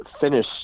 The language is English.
finish